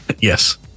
Yes